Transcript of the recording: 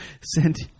sent